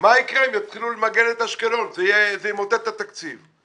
מה יקרה אם יתחילו למגן את אשקלון וכי זה ימוטט את התקציב.